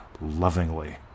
lovingly